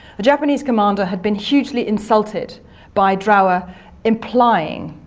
the japanese commander had been hugely insulted by drower implying.